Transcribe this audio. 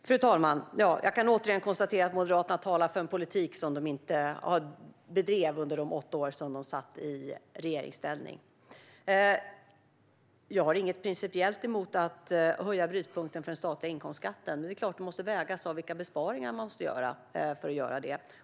Fru talman! Jag kan återigen konstatera att Moderaterna talar för en politik som de inte bedrev under de åtta år som de satt i regeringsställning. Jag har inget principiellt emot att höja brytpunkten för den statliga inkomstskatten. Men det är klart att det måste vägas mot vilka besparingar man måste göra för att göra det.